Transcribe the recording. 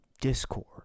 discord